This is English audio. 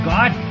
God